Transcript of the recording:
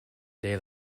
day